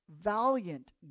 valiant